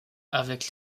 avec